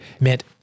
meant